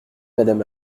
madame